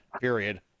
period